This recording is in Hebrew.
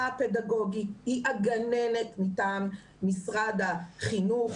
פדגוגית היא הגננת מטעם משרד החינוך.